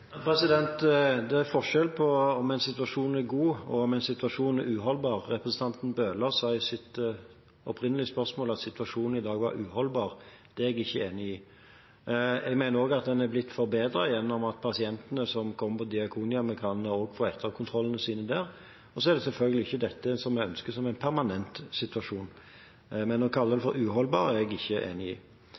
Det er forskjell på om en situasjon er god, og om en situasjon er uholdbar. Representanten Bøhler sa i sitt opprinnelige spørsmål at situasjonen i dag er uholdbar. Det er jeg ikke enig i. Jeg mener også at den er blitt forbedret gjennom at pasientene som kommer på Diakonhjemmet, også kan få etterkontrollene sine der. Dette er selvfølgelig ikke noe en ønsker som en permanent situasjon, men at det er uholdbart, er jeg ikke enig i.